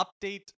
update